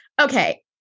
Okay